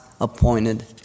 appointed